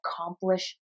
accomplish